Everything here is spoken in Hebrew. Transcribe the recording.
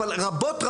רבות,